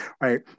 right